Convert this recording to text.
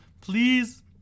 Please